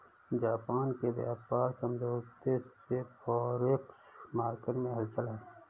Japan के व्यापार समझौते से फॉरेक्स मार्केट में हलचल है